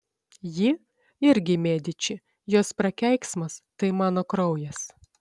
ji irgi mediči jos prakeiksmas tai mano kraujas